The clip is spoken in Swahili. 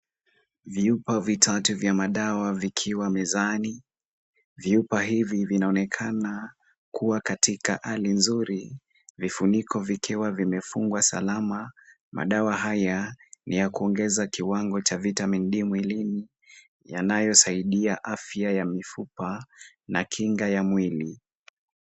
Vyupa vitatu vya madawa vikiwa mezani. Vyupa hivi vinaonekana kuwa katika hali nzuri vifuniko vikiwa vimefungwa salama. Madawa haya ni ya kuongeza kiwango cha vitamin D mwilini yanayosaidia afya ya mifupa na kinga ya mwili.